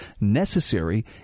necessary